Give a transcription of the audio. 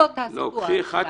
אם מיוחסת כוונה, זו בהחלט כוונה.